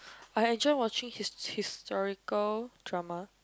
I enjoy watching his~ historical drama